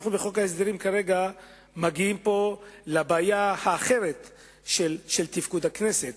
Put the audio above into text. אנו בחוק ההסדרים מגיעים פה לבעיה האחרת של תפקוד הכנסת,